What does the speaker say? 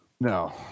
No